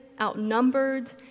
outnumbered